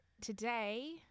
today